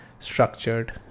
structured